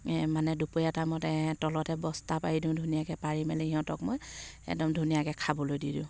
এই মানে দুপৰীয়া টাইমতে তলতে বস্তা পাৰি দিওঁ ধুনীয়াকৈ পাৰি মেলি সিহঁতক মই একদম ধুনীয়াকৈ খাবলৈ দি দিওঁ